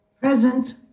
Present